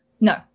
No